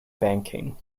banking